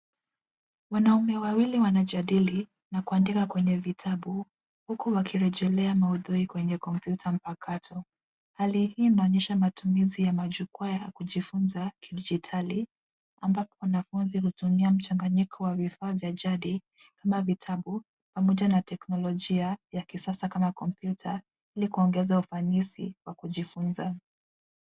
Wanaume wawili wanajadili na kuandika kwenye vitabu huku wakirejelea maudhui kwenye kompyuta mpakato. Hali hii inaonyesha matumizi ya majukwaa ya kujifunza ya kidijitali ambapo wanafunzi hutumia mchanganyiko wa vifaa vya jadi ama vitabu pamoja na teknolojia ya kisasa kama kompyuta ili kuongeza ufanisi wa kujifunza.